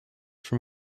from